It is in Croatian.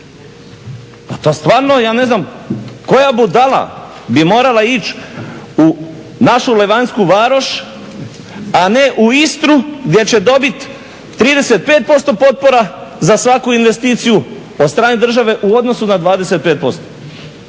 pa to stvarno ja ne znam koja budala bi morala ići u našu Levanjsku varoš, a ne u Istru gdje će dobiti 35% potpora za svaku investiciju od strane države u odnosu na 25%.